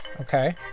okay